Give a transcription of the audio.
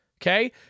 okay